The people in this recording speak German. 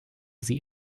sie